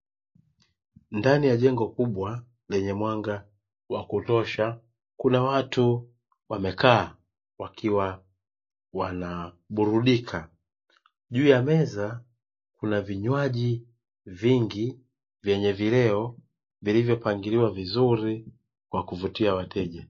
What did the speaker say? Ndani ya jengo kubwa lenye mwanga wa kutosha, kuna watu wamekaa wakiwa wanaburudika. Juu ya meza kuna vinywaji vingi vyenye vileo; vilivyopangiliwa vizuri kwa kuvutia wateja.